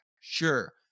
Sure